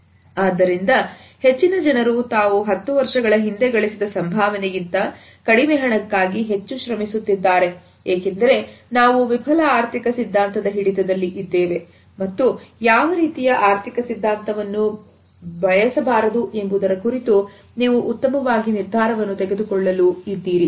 ಆದ್ದರಿಂದ ಹೆಚ್ಚಿನ ಜನರು ತಾವು ಹತ್ತು ವರ್ಷಗಳ ಹಿಂದೆ ಗಳಿಸಿದ ಸಂಭಾವನೆಗಿಂತ ಕಡಿಮೆ ಹಣಕ್ಕಾಗಿ ಹೆಚ್ಚು ಶ್ರಮಿಸುತ್ತಿದ್ದಾರೆ ಏಕೆಂದರೆ ನಾವು ವಿಫಲ ಆರ್ಥಿಕ ಸಿದ್ಧಾಂತದ ಹಿಡಿತದಲ್ಲಿ ಇದ್ದೇವೆ ಮತ್ತು ಯಾವ ರೀತಿಯ ಆರ್ಥಿಕ ಸಿದ್ಧಾಂತವನ್ನು ಬಯಸಬಾರದು ಎಂಬುದರ ಕುರಿತು ನೀವು ಉತ್ತಮವಾಗಿ ನಿರ್ಧಾರವನ್ನು ತೆಗೆದುಕೊಳ್ಳಲು ಇದ್ದೀರಿ